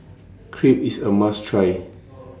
Crepe IS A must Try